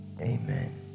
amen